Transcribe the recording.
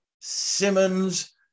Simmons